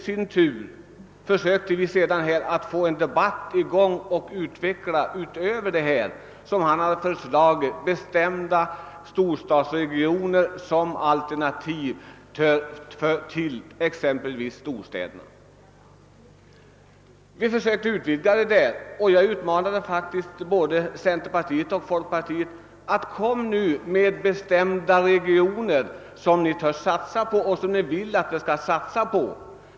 Vi försökte sedan att få i gång en debatt och utveckla dessa synpunkter utöver de bestämda storstadsregioner som föreslagits som alternativ till exempelvis storstäderna. Jag utmanade faktiskt den gången både centerpartiet och folkpartiet och bad dem att komma med förslag om bestämda regioner som ni tordes och ville satsa på.